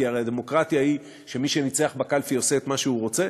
כי הרי דמוקרטיה היא שמי שניצח בקלפי עושה מה שהוא רוצה.